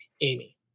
Amy